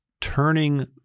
turning